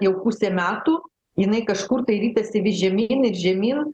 jau pusė metų jinai kažkur tai ritasi vis žemyn ir žemyn